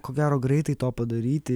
ko gero greitai to padaryti